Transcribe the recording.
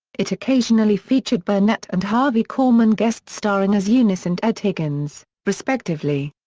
it occasionally featured burnett and harvey korman guest starring as eunice and ed higgins, respectively.